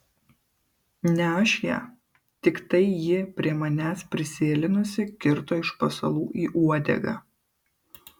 ne aš ją tiktai ji prie manęs prisėlinusi kirto iš pasalų į uodegą